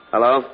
Hello